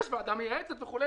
יש ועדה מייעצת וכולי.